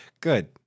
good